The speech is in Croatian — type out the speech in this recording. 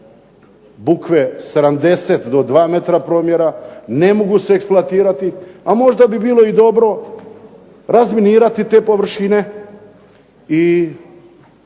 bukve 70 do 2 m promjera, ne mogu se eksploatirati, a možda bi bilo i dobro razminirati te površine i